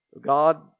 God